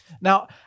Now